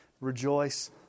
rejoice